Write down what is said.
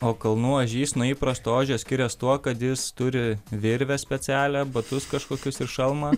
o kalnų ožys nuo įprasto ožio skiriasi tuo kad jis turi virvę specialią batus kažkokius ir šalmą